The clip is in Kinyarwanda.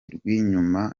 rw’inyuma